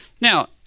Now